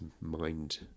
mind